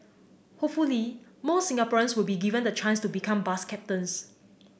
hopefully more Singaporeans will be given the chance to become bus captains